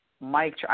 Mike